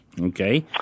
Okay